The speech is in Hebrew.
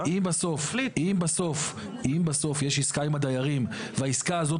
אם בסוף יש עסקה עם הדיירים והעסקה הזאת